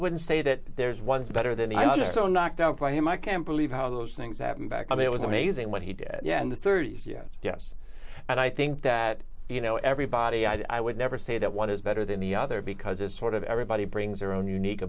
wouldn't say that there's one is better than the other so knocked out by him i can't believe how those things happened back i mean it was amazing what he did yeah in the thirty's yes yes and i think that you know everybody i would never say that one is better than the other because it's sort of everybody brings their own unique